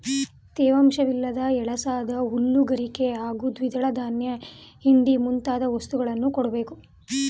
ತೇವಾಂಶವಿಲ್ಲದ ಎಳಸಾದ ಹುಲ್ಲು ಗರಿಕೆ ಹಾಗೂ ದ್ವಿದಳ ಧಾನ್ಯ ಹಿಂಡಿ ಮುಂತಾದ ವಸ್ತುಗಳನ್ನು ಕೊಡ್ಬೇಕು